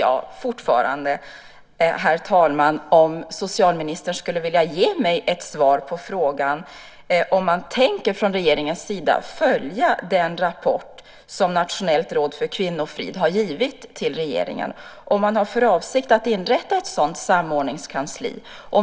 Jag undrar fortfarande om socialministern skulle vilja ge mig ett svar på frågan om man från regeringens sida tänker följa den rapport som Nationella rådet för kvinnofrid har givit till regeringen och om man har för avsikt att inrätta ett sådant samordningskansli.